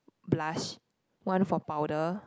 blush one for powder